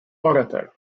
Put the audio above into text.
orator